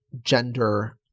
gender